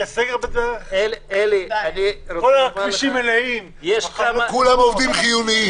אלי --- כל הכבישים מלאים --- כולם עובדים חיוניים.